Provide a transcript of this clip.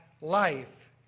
life